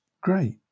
Great